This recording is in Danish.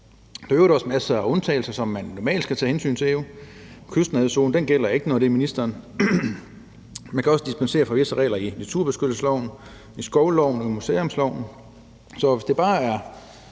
Der er i øvrigt også masser af undtagelser, som man jo normalt skal tage hensyn til. Kystnærhedszonen gælder ikke, når det er ministeren, der gør det. Man kan også dispensere fra visse regler i naturbeskyttelsesloven, i skovloven og i museumsloven. Så hvis bare det